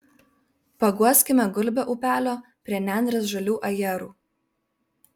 paguoskime gulbę upelio prie nendrės žalių ajerų